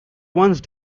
once